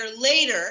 later